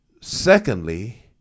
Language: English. Secondly